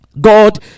God